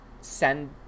send